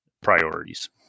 priorities